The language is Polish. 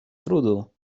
trudu